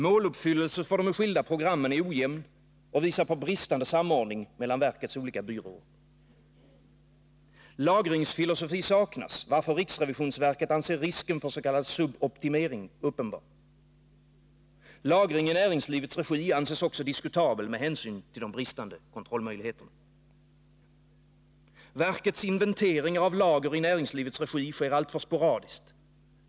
Måluppfyllelsen för de fyllda programmen är ojämn och visar på bristande samordning mellan verkets olika byråer. Lagringsfilosofi saknas, varför riksrevisionsverket anser risken för s.k. suboptimering uppenbar. Lagring i näringslivets regi anses också diskutabel med hänsyn till de bristande kontrollmöjligheterna. Verkets inventeringar av lager i näringslivets regi sker alltför sporadiskt.